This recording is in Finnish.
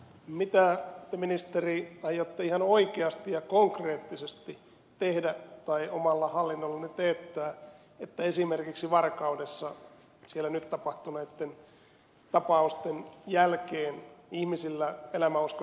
mitä te ministeri aiotte ihan oikeasti ja konkreettisesti tehdä tai omalla hallinnollanne teettää että esimerkiksi varkaudessa siellä nyt tapahtuneitten tapausten jälkeen ihmisillä elämänusko säilyisi